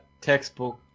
textbook